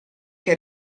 che